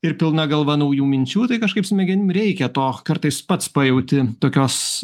ir pilna galva naujų minčių tai kažkaip smegenim reikia to kartais pats pajauti tokios